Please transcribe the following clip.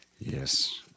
Yes